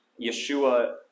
Yeshua